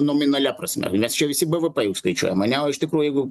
nominalia prasme nes čia visi bvp juk skaičiuojam ane o iš tikrųjų jeigu